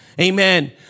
Amen